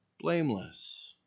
Blameless